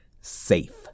safe